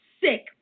sick